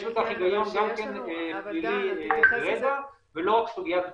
יש בכך היגיון גם כן פלילי גרידא ולא רק סוגיית הצפיפות.